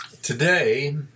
Today